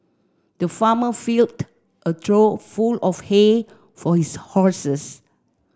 the farmer filled a trough full of hay for his horses